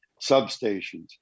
substations